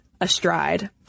astride